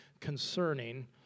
concerning